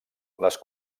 les